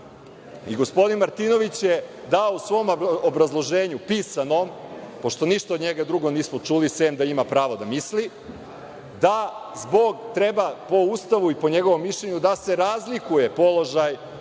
postupku. Gospodin Martinović je dao u svom obrazloženju, pisanom, pošto ništa od njega drugo nismo čuli sem da ima pravo da misli, da treba po Ustavu i po njegovom mišljenju da se razlikuje položaj